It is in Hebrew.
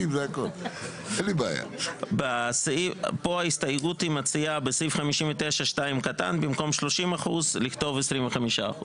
פה ההסתייגות מציעה בסעיף 59(2) במקום שלושים אחוזים לכתוב 25 אחוזים.